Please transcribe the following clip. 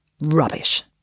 Rubbish